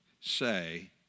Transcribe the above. say